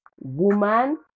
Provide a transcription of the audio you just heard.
woman